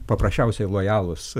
paprasčiausiai lojalūs